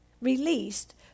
released